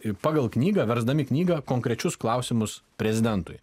pagal knygą versdami knygą konkrečius klausimus prezidentui